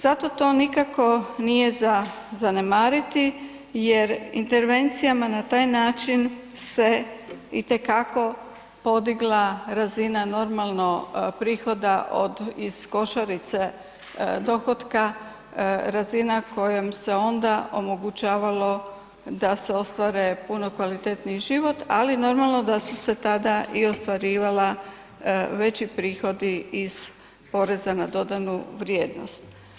Zato to nikako nije za zanemariti jer intervencijama na taj način se itekako podigla razina normalno prihoda od, iz košarice dohotka, razina kojom se onda omogućavalo da se ostvare puno kvalitetniji život, ali normalno da su se tada i ostvarivala veći prihodi iz poreza na dodanu vrijednost.